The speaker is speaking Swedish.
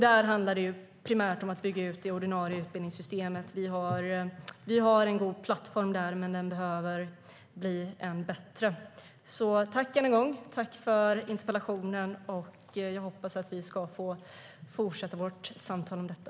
Där handlar det primärt om att bygga ut det ordinarie utbildningssystemet. Vi har en god plattform där, men den behöver bli än bättre. Tack, än en gång, för interpellationen! Jag hoppas att vi ska få fortsätta vårt samtal om detta.